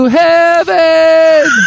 heaven